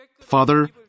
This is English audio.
Father